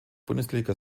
bundesliga